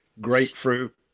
grapefruit